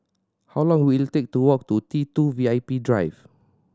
how long will it take to walk to T Two V I P Drive